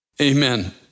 amen